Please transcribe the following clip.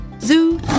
Zoo